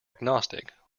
agnostic